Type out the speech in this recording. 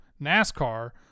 NASCAR